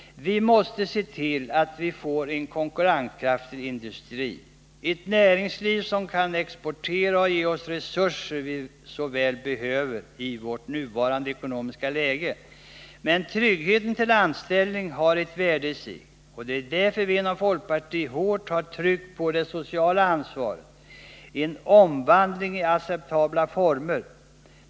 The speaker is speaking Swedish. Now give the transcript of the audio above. Vi måste se till att vi får en konkurrenskraftig industri — ett näringsliv som kan exportera och ge oss de resurser vi så väl behöver i vårt nuvarande ekonomiska läge. Men tryggheten till anställning har ett värde i sig. Det är därför vi inom folkpartiet hårt har tryckt på det sociala ansvaret — en omvandling i acceptabla former.